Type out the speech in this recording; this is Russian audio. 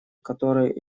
которые